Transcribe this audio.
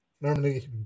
Normally